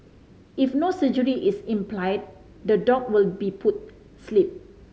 if no surgery is implied the dog will be put sleep